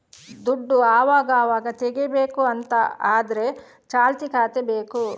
ದುಡ್ಡು ಅವಗಾವಾಗ ತೆಗೀಬೇಕು ಅಂತ ಆದ್ರೆ ಚಾಲ್ತಿ ಖಾತೆ ಬೇಕು